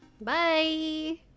Bye